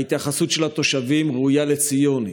ההתייחסות של התושבים ראויה לציון.